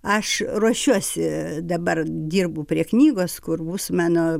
aš ruošiuosi dabar dirbu prie knygos kur bus mano